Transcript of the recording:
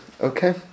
okay